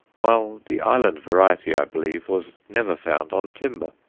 while the island variety, i believe, was never found on timber.